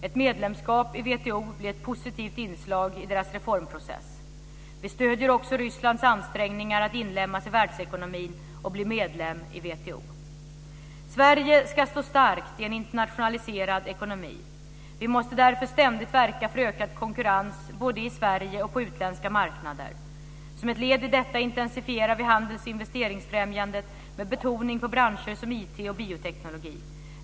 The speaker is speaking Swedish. Ett medlemskap i WTO blir ett positivt inslag i landets reformprocess. Vi stöder också Rysslands ansträngningar att inlemmas i världsekonomin och bli medlem i WTO. Sverige ska stå starkt i en internationaliserad ekonomi. Vi måste därför ständigt verka för ökad konkurrens, både i Sverige och på utländska marknader. Som ett led i detta intensifierar vi handels och investeringsfrämjandet, med betoning på branscher som IT och bioteknologi.